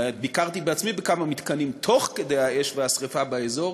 ביקרתי בעצמי בכמה מתקנים תוך כדי האש והשרפה באזור